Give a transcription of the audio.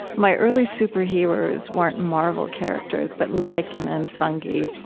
my early superheroes weren't marvel characters, but lichen and fungi,